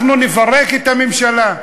אנחנו נפרק את הממשלה,